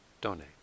donate